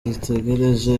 dutegereje